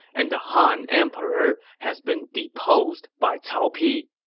and the han emperor has been deposed by cao pi.